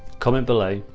comment below.